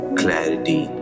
clarity